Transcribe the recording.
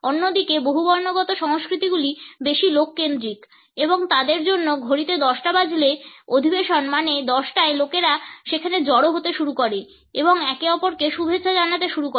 অন্যদিকে বহুবর্ণ সংস্কৃতিগুলি বেশি লোককেন্দ্রিক এবং তাদের জন্য ঘড়িতে 10 টা বাজলে অধিবেশন মানে 10 টায় লোকেরা সেখানে জড়ো হতে শুরু করে এবং একে অপরকে শুভেচ্ছা জানাতে শুরু করে